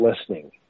listening